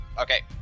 Okay